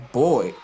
boy